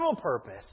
purpose